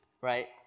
right